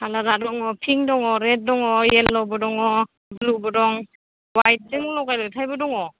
कालारा दङ पिंक दङ रेड दङ येल'बो दङ ब्लुबो दं वाइटजों लगाय लथायबो दङ